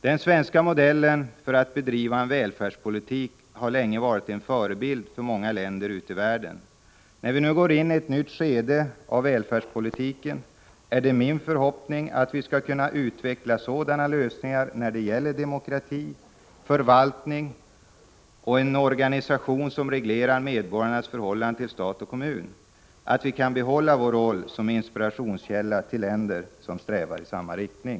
Den svenska modellen för att bedriva en välfärdspolitik har länge varit en förebild för många länder ute i världen. När vi nu går in i ett nytt skede av välfärdspolitiken är det min förhoppning att vi skall kunna utveckla sådana lösningar när det gäller demokrati, förvaltning och en organisation som reglerar medborgarnas förhållande till stat och kommun att vi kan behålla vår roll som inspirationskälla för länder som strävar i samma riktning.